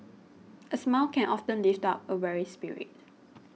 a smile can often lift up a weary spirit